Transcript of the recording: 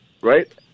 right